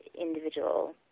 individual